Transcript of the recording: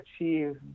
achieve